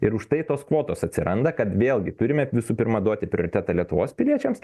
ir užtai tos kvotos atsiranda kad vėlgi turime visų pirma duoti prioritetą lietuvos piliečiams